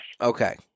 Okay